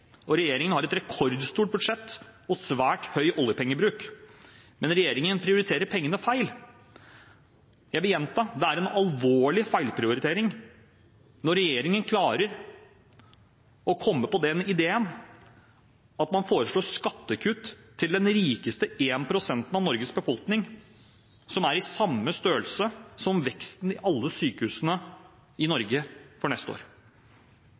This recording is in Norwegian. og regjeringen har et rekordstort budsjett og svært høy oljepengebruk, men regjeringen prioriterer pengene feil. Jeg vil gjenta: Det er en alvorlig feilprioritering når regjeringen klarer å komme på ideen om å foreslå skattekutt til den rikeste 1 pst. av Norges befolkning – i samme størrelsesorden som veksten i alle sykehusbudsjettene i Norge neste år.